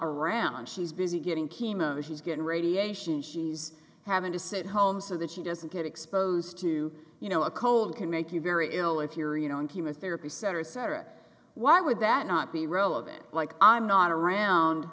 around she's busy getting chemo she's getting radiation she's having to sit home so that she doesn't get exposed to you know a cold can make you very ill if you're you know in chemotherapy cetera et cetera why would that not be relevant like i'm not around